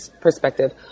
perspective